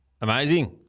Amazing